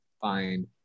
find